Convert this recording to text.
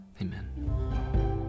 amen